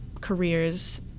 careers